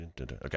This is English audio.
okay